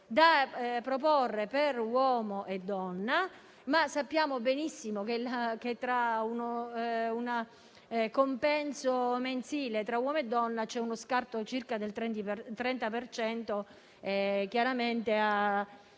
da proporre per uomo e donna, ma noi sappiamo benissimo che, tra il compenso mensile di uomo e donna, c'è uno scarto di circa